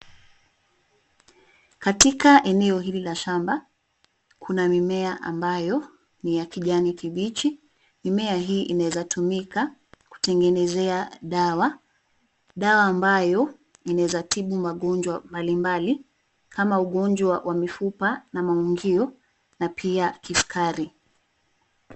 Katika eneo hili la shamba kuna mimea ambayo ni ya kijani kibichi. Mimea hii inaweza tumika kutegenezea dawa ambayo inaeza tibu magonjwa mbalimbali kama ugonjwa wa mifupa na maugio na pia kisukari.